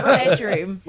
bedroom